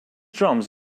drums